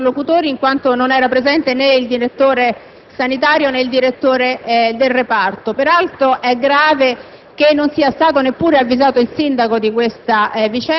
l'Ospedale. Purtroppo, non abbiamo trovato interlocutori in quanto non erano presenti né il direttore sanitario, né il direttore del reparto.